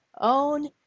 own